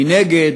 מנגד,